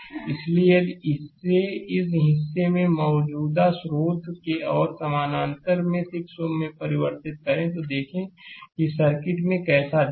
इसलिए यदि इसे इस हिस्से में एक मौजूदा स्रोत और समानांतर में 6 Ω में परिवर्तित करें तो देखें कि सर्किट कैसा दिखेगा